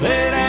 Let